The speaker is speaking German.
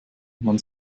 man